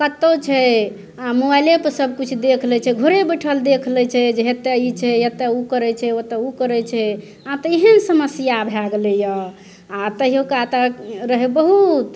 कतहु छै मोबाइलेपर सब किछु देख लै छै घरे बैठल देख लै छै जे एतऽ ई छै एतऽ उ करय छै ओतऽ उ करय छै आब तऽ वही समस्या भए गेलय हँ तहुका तऽ रहय बहुत